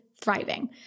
thriving